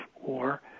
war